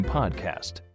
podcast